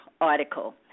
article